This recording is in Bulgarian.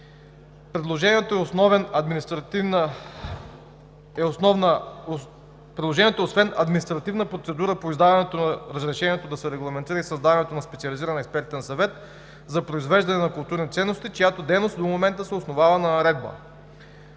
Предложението е освен административната процедура по издаването на разрешението да се регламентира и създаването на Специализиран експертен съвет за възпроизвеждане на културните ценности, чиято дейност до момента се основава на наредба.